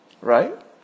right